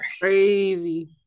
Crazy